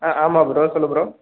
ஆ ஆமாம் ப்ரோ சொல்லு ப்ரோ